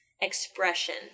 expression